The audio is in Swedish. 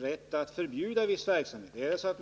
rätt att förbjuda viss verksamhet.